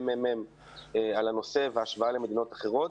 ממרכז המחקר והמידע על הנושא והשוואה למדינות אחרות.